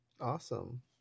Awesome